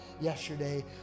yesterday